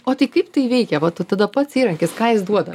o tai kaip tai veikia vat tada pats įrankis ką jis duoda